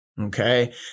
Okay